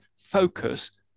focus